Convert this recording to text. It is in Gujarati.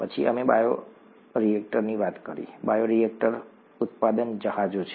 પછી અમે બાયોરિએક્ટરની વાત કરી બાયોરિએક્ટર ઉત્પાદન જહાજો છે